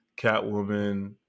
Catwoman